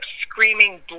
screaming